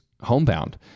homebound